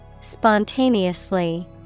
Spontaneously